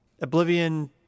Oblivion